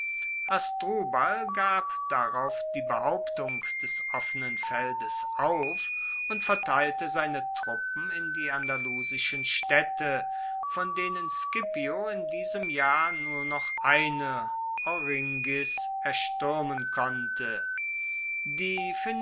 hasdrubal gab darauf die behauptung des offenen feldes auf und verteilte seine truppen in die andalusischen staedte von denen scipio in diesem jahr nur noch eine oringis erstuermen konnte die